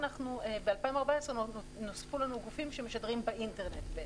וב-2014 נוספו לנו גופים שמשדרים באינטרנט בעצם.